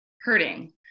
hurting